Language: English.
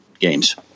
games